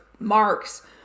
marks